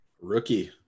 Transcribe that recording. Rookie